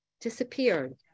disappeared